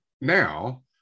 now